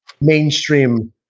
mainstream